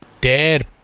dead